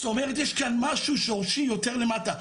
זאת אומרת יש כאן משהו שורשי יותר למטה.